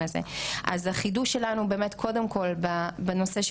אבל גם במובן המיידי,